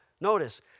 Notice